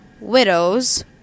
widows